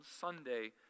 Sunday